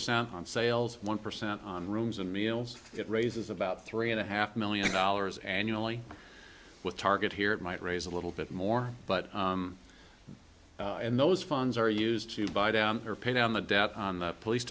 percent on sales one percent on rooms and meals it raises about three and a half million dollars annually with target here it might raise a little bit more but in those funds are used to buy down or pay down the debt on the police